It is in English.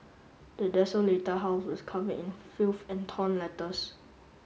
the desolated house was covered in filth and torn letters